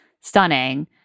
stunning